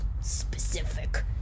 specific